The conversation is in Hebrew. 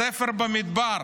בספר במדבר,